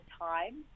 time